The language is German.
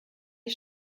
die